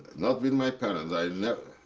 not with my parents, i left.